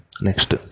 Next